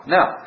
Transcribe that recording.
Now